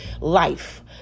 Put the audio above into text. life